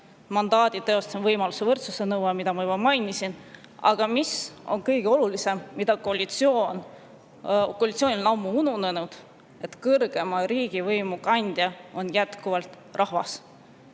mandaadi teostamise võimaluste võrdsuse nõue, mida ma juba mainisin, aga kõige olulisem, mis on koalitsioonil ammu ununenud: kõrgeima riigivõimu kandja on jätkuvalt rahvas.